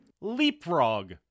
Leapfrog